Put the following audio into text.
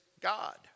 God